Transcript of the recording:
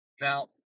Now